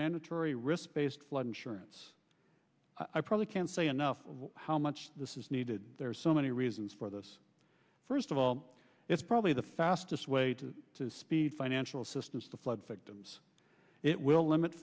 mandatory risk based flood insurance i probably can't say enough how much this is needed there are so many reasons for this first of all it's probably the fastest way to speed financial systems to flood victims it will limit